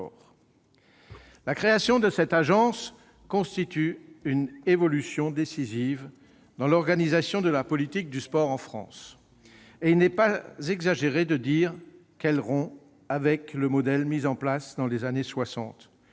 La création de cette agence constitue une évolution décisive dans l'organisation de la politique du sport en France. Il n'est pas exagéré de dire qu'elle rompt avec le modèle mis en place dans les années